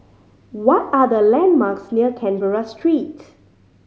what are the landmarks near Canberra Street